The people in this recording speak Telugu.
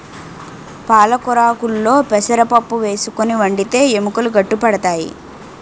పాలకొరాకుల్లో పెసరపప్పు వేసుకుని వండితే ఎముకలు గట్టి పడతాయి